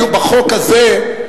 בחוק הזה,